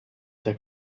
der